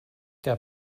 der